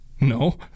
no